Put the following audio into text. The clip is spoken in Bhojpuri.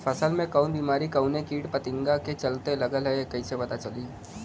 फसल में कवन बेमारी कवने कीट फतिंगा के चलते लगल ह कइसे पता चली?